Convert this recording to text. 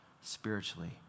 spiritually